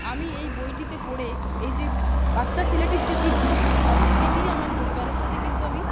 আমি এই বইটিতে পড়ে এই যে বাচ্চা ছেলেটির যে তীব্র প্রতিবাদ সেটিই আমার পরিবারের সাথে কিন্তু আমি